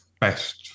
best